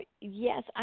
Yes